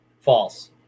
False